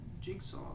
Jigsaw